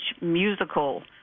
musical